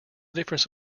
difference